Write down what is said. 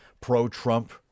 pro-Trump